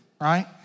right